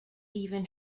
even